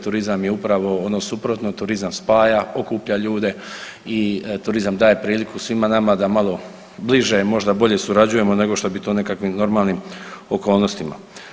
Turizam je upravo ono suprotno, turizam spaja, okuplja ljude i turizam daje priliku svima nama da malo bliže možda bolje surađujemo nego što bi to u nekakvim normalnim okolnostima.